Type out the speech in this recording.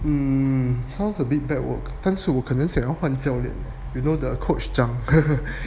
mm sounds a bit bad work 但是我可能想要换教练 leh you know the coach 讲